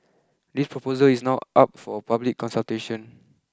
this proposal is now up for public consultation